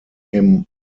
him